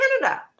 Canada